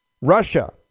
Russia